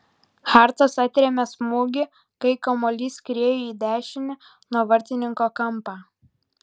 hartas atrėmė smūgį kai kamuolys skriejo į dešinį nuo vartininko kampą